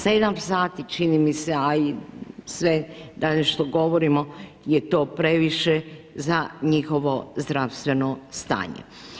7 sati čini mi se a i sve dalje što govorimo je to previše za njihovo zdravstveno stanje.